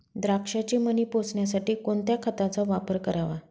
द्राक्षाचे मणी पोसण्यासाठी कोणत्या खताचा वापर करावा?